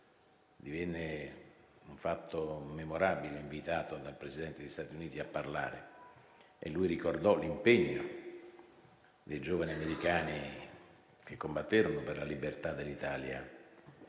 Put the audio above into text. Divenne un fatto memorabile, invitato dal Presidente degli Stati Uniti a parlare. E lui ricordò l'impegno dei giovani americani che combatterono per la libertà dell'Italia